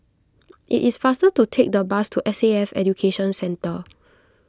it is faster to take the bus to S A F Education Centre